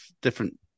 different